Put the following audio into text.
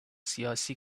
siyasi